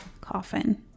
coffin